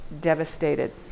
devastated